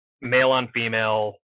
male-on-female